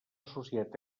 associat